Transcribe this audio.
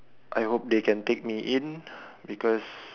I hope they can take me in because